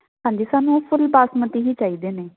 ਹਾਂਜੀ ਸਾਨੂੰ ਫੁੱਲ ਬਾਸਮਤੀ ਹੀ ਚਾਹੀਦੇ ਨੇ